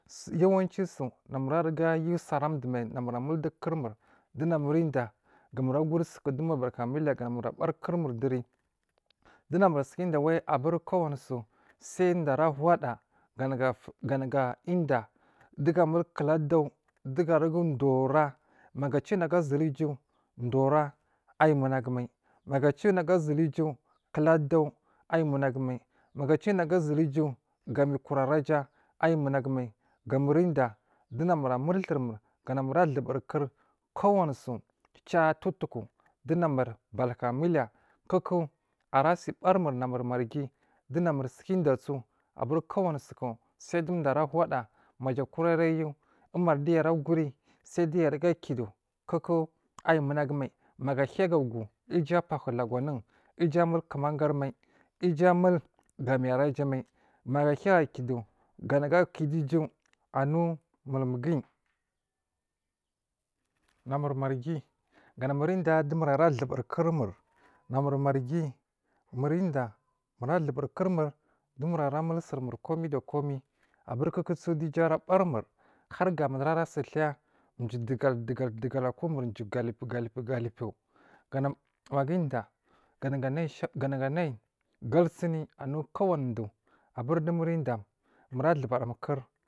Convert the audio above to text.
Jawancin namur aruga yusa ara du main a mur a muldu gur mur du na mur uda gumur a gursuku du mur batuka miliya gamur aba kurmudari du na mursuka da wa a buri kowanisu sai da ra hudaa gana go gana, uda du ga a mul kula dau duga aruga duwora mago a ciworiogu a sul uju duwora ayimu nagu mai nogo a ciwo naga asul iju kuladau ayi munagu mai maga a ciwo naga azul uju gamikur a raja ayi munagu mai ga mur udaya dunamur a mul turmur ga namur a duburkuv kowaniso ca towtukudu namur batuka miliya kowoku arasi barimur namur marghi suka da so aburi kowaniso sai duda arahuda maja kura arayu umari diya araguri sai diya aruga kidu kowoku ayi munagu mai maga hiya gag u iju abahu lagu anwun iju amul kumaga mai iju a mul ga miyi arajamai maga a hiya ga kidu ga nagu akidu iju anu mulmuguyi namur marghi ga namur udeya dunamur ara duburi kurmur na mur marghi murida mura duburi kurmurdu mur ramulsur mur komai da komai kukuso du uju ra barimur hagamur burarasi tiya jiyi dugal dugal jiyi galibu galibu ganamur maga udiya naga nai shawa ganagu anai galsini anu kowanidu aburi dumuri udiya muratubur kur.